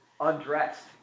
undressed